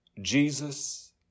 Jesus